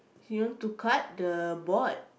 you want to cut the board